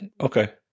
okay